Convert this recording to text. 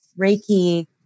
Reiki